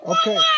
Okay